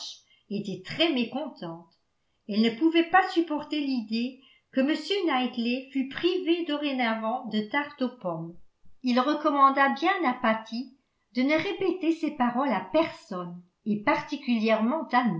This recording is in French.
hodge était très mécontente elle ne pouvait pas supporter l'idée que m knightley fût privé dorénavant de tartes aux pommes il recommanda bien à patty de ne répéter ces paroles à personne et particulièrement